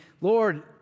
Lord